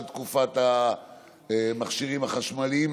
של המכשירים החשמליים,